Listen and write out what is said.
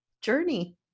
journey